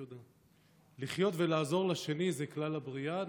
לחיות ולעזור לשני זה כלל הבריאה.